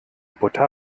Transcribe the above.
butter